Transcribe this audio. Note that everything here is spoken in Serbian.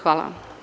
Hvala.